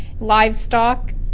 livestock